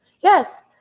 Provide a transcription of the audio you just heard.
Yes